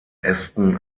ästen